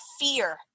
fear